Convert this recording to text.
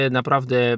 naprawdę